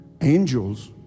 angels